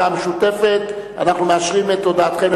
חוק ומשפט בדבר חלוקת הצעת חוק